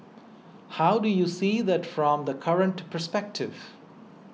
how do you see that from the current perspective